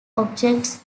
objects